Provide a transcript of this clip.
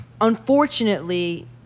unfortunately